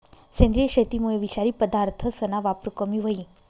सेंद्रिय शेतीमुये विषारी पदार्थसना वापर कमी व्हयी